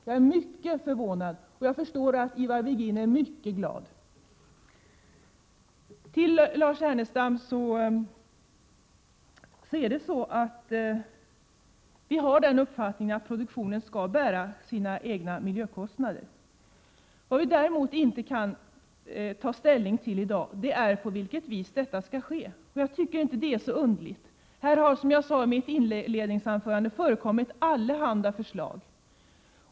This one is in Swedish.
Jag är mycket förvånad, och jag förstår att Ivar Virgin är mycket glad. Till Lars Ernestam vill jag säga att vi har uppfattningen att produktionen skall bära sina egna miljökostnader. Vad vi däremot inte kan ta ställning till i dag är på vilket sätt detta skall ske. Det är inte så underligt. Här har det nämligen, som jag sade i mitt inledningsanförande, förekommit allehanda förslag.